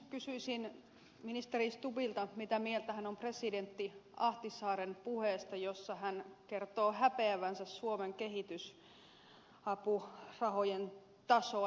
kysyisin ministeri stubbilta mitä mieltä hän on presidentti ahtisaaren puheesta jossa tämä kertoo häpeävänsä suomen kehitysapurahojen tasoa